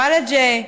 ולג'ה,